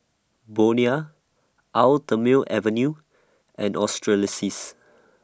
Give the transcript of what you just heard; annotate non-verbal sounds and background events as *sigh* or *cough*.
Bonia Eau Thermale Avene and *unintelligible*